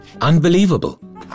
Unbelievable